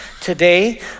today